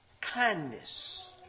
kindness